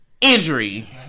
injury